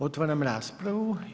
Otvaram raspravu.